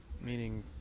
meaning